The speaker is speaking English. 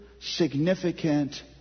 significant